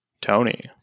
Tony